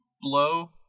blow